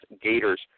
Gators